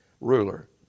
Ruler